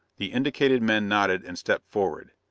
the indicated men nodded and stepped forward.